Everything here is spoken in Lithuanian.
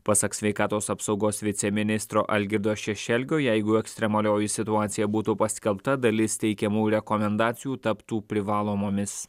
pasak sveikatos apsaugos viceministro algirdo šešelgio jeigu ekstremalioji situacija būtų paskelbta dalis teikiamų rekomendacijų taptų privalomomis